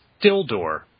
Dildor